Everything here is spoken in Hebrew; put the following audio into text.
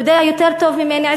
יודע יותר טוב ממני,